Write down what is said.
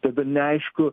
tada neaišku